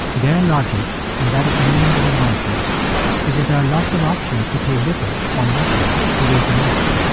their logic and that of millions of americans is that there are lots of options to pay little or nothing to read the news.